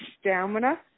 stamina